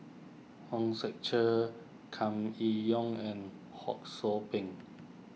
Hong Sek Chern Kam Kee Yong and Ho Sou Ping